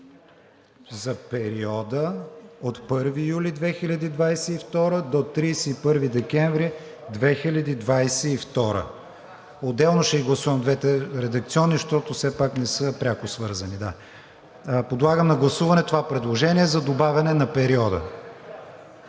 „за периода от 1 юли 2022 г. до 31 декември 2022 г.“. Отделно ще гласуваме двете редакционни, защото все пак не са пряко свързани. Подлагам на гласуване това предложение за добавяне на периода.